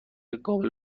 قابل